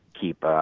keep